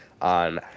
on